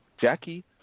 Jackie